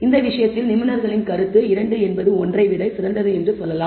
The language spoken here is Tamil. இந்த விஷயத்தில் நிபுணர்களின் கருத்து 2 என்பது 1 ஐ விட சிறந்தது என்று சொல்லலாம்